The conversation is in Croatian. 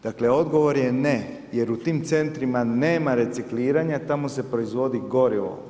Dakle, odgovor je ne, jer u tim centrima nema recikliranja, tamo se proizvodi gorivo.